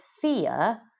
fear